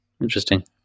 Interesting